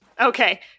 okay